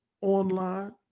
online